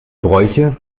bräuche